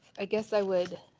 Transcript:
i guess i would